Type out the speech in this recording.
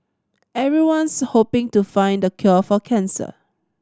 everyone's hoping to find the cure for cancer